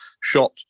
shot